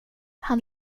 han